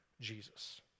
Jesus